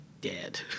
dead